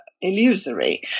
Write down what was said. illusory